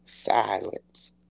Silence